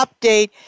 update